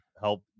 help